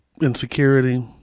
insecurity